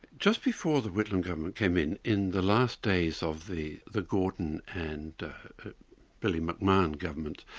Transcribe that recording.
just before the whitlam government came in, in the last days of the the gorton and billy mcmahon government,